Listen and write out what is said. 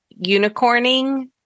unicorning